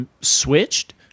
switched